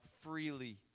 freely